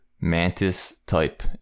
mantis-type